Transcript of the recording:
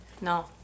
no